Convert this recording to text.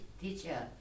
teacher